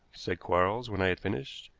said quarles, when i had finished,